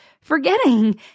forgetting